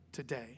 Today